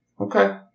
Okay